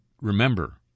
remember